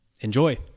Enjoy